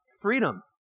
freedom